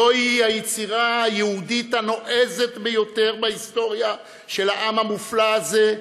זוהי היצירה היהודית הנועזת ביותר בהיסטוריה של העם המופלא הזה,